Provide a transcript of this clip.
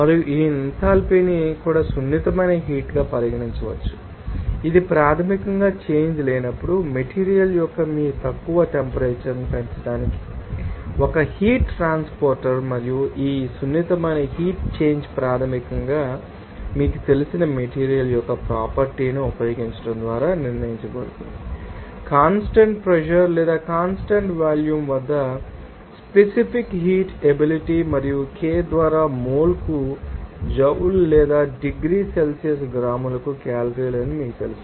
మరియు ఈ ఎంథాల్పీని కూడా సున్నితమైన హీట్ గా పరిగణించవచ్చు ఇది ప్రాథమికంగా చేంజ్ లేనప్పుడు మెటీరియల్ యొక్క మీ తక్కువ టెంపరేచర్ ను పెంచడానికి ఒక హీట్ ట్రాన్స్పోర్ట్ మరియు ఈ సున్నితమైన హీట్ చేంజ్ ప్రాథమికంగా మీకు తెలిసిన మెటీరియల్ యొక్క ప్రాపర్టీ ని ఉపయోగించడం ద్వారా నిర్ణయించబడుతుంది కాన్స్టాంట్ ప్రెషర్ లేదా కాన్స్టాంట్ వాల్యూమ్ వద్ద స్పెసిఫిక్ హీట్ ఎబిలిటీ మరియు K ద్వారా మోల్కు జౌల్ లేదా డిగ్రీ సెల్సియస్ గ్రాముకు కేలరీలు అని మీకు తెలుసు